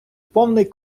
повний